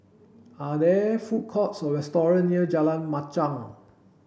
are there food courts or restaurants near Jalan Machang